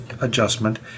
adjustment